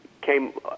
came